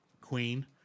Queen